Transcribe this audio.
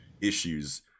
issues